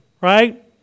right